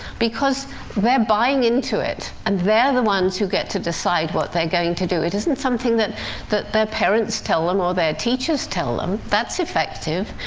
because they're buying into it, and they're the ones who get to decide what they're going to do. it isn't something that that their parents tell them, or their teachers tell them. that's effective,